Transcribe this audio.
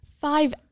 Five